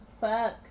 fuck